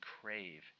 crave